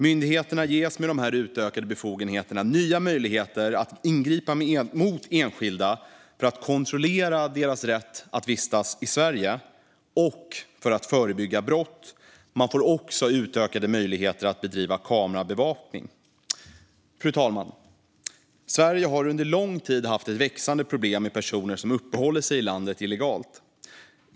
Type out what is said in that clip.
Myndigheterna ges med dessa utökade befogenheter nya möjligheter att ingripa mot enskilda för att kontrollera deras rätt att vistas i Sverige och för att förebygga brott. Man får också utökade möjligheter att bedriva kamerabevakning. Fru talman! Sverige har under lång tid haft ett växande problem med personer som uppehåller sig i landet illegalt.